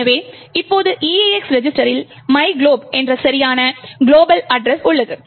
எனவே இப்போது EAX ரெஜிஸ்டரில் myglob என்ற சரியான குளோபல் அட்ரஸ் உள்ளது